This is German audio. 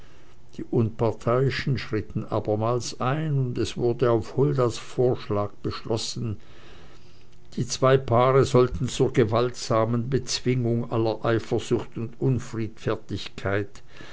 die unparteiischen schritten abermals ein und es wurde auf huldas vorschlag beschlossen die zwei paare sollten zur gewaltsamen bezwingung aller eifersucht und unfriedfertigkeit